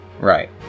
Right